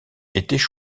étaient